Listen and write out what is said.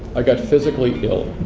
i got physically ill.